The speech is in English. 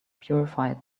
purified